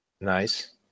Nice